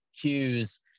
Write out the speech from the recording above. cues –